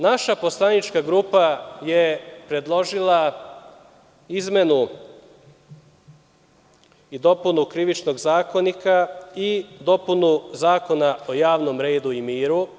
Naša poslanička grupa je predložila izmenu i dopunu Krivičnog zakonika i dopunu Zakona o javnom redu i miru.